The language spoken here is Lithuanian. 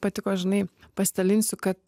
patiko žinai pasidalinsiu kad